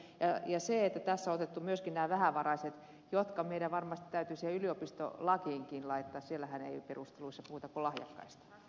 tässä on otettu huomioon myöskin nämä vähävaraiset jotka meidän varmasti täytyy sinne yliopistolakiinkin laittaa siellähän ei perusteluissa puhuta kuin lahjakkaista